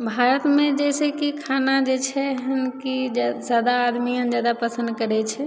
भारतमे जैसे कि खाना जे छै हन कि जे सादा आदमी जादा पसन्द करै छै